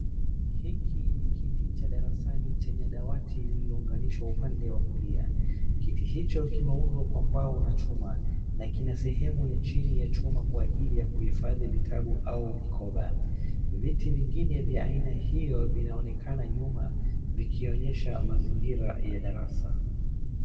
Hiki ni kiti cha darasani cheye dawati lililounganishwa kupande wa kulia.a Kiti hicho kimeundwa kwa mbao na chuma na kina sehemu ya chini ya chuma kwa ajili ya kuhifadhi vitabu au mikoba. Viti vingine vya aina hiyo vinaonekana nyuma vikionyesha mazingira ya darasa.